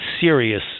serious